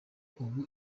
ubu